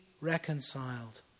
reconciled